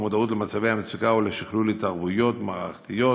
המודעות למצבי המצוקה ולשכלול התערבויות מערכתיות